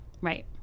Right